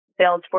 Salesforce